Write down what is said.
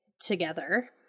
together